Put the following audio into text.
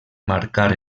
marcar